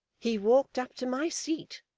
he walked up to my seat